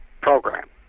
program